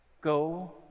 Go